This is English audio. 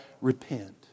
repent